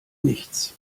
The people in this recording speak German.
nichts